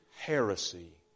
heresy